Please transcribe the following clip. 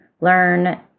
learn